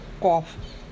cough